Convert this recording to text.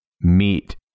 meet